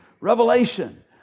Revelation